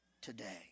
today